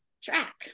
track